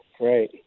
Right